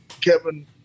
Kevin